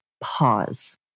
pause